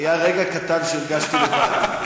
היה רגע קטן שהרגשתי לבד.